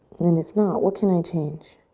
and if not, what can i change?